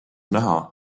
näha